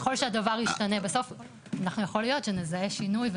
ככל והדבר ישתנה בסוף יכול להיות שנחנו נזהה שינוי.